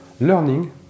learning